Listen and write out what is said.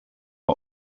are